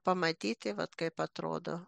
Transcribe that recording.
pamatyti vat kaip atrodo